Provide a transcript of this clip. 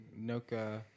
Noka